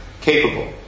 capable